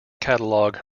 catalog